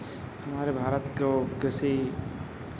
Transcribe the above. हमारे भारत को कृषि